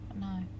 no